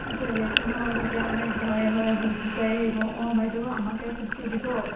যেতিয়া ইলেকশ্যন সময় তেতিয়া মানে ঘৰে ঘৰে ভোট বিচাৰি আহিব অঁ বাইদেউ আমাকে ভোটটো দিব